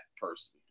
person